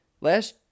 last